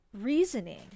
reasoning